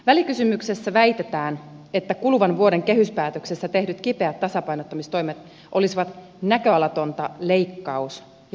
välikysymyksessä väitetään että kuluvan vuoden kehyspäätöksessä tehdyt kipeät tasapainottamistoimet olisivat näköalatonta leikkaus ja veronkorotuspolitiikkaa